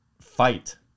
fight